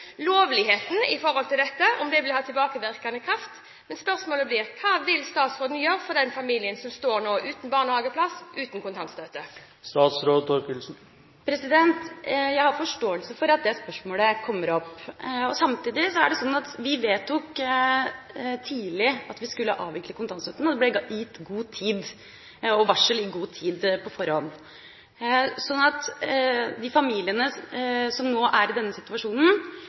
familien som nå står uten barnehageplass og uten kontantstøtte? Jeg har forståelse for at det spørsmålet kommer opp. Samtidig er det slik at vi vedtok tidlig at vi skulle avvikle kontantstøtten, og det ble gitt varsel i god tid på forhånd. Så de familiene som nå er i denne situasjonen,